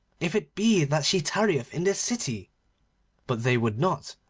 if it be that she tarrieth in this city but they would not,